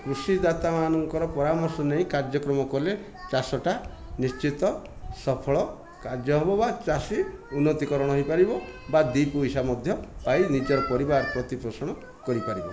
କୃଷିଦାତାମାନଙ୍କର ପରାମର୍ଶ ନେଇ କାର୍ଯ୍ୟକ୍ରମ କଲେ ଚାଷଟା ନିଶ୍ଚିତ ସଫଳ କାର୍ଯ୍ୟ ହେବ ବା ଚାଷୀ ଉନ୍ନତିକରଣ ହୋଇପାରିବ ବା ଦୁଇ ପଇସା ମଧ୍ୟ ପାଇ ନିଜ ପରିବାର ପ୍ରତିପୋଷଣ କରିପାରିବ